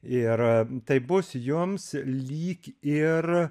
ir tai bus jums lyg ir